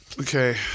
okay